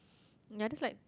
ya just like